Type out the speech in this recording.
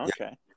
Okay